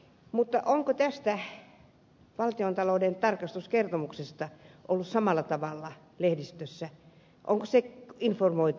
mutta onko tästä valtiontalouden tarkastusviraston kertomuksesta ollut samalla tavalla lehdistössä onko siitä informoitu